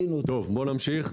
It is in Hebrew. תמשיך.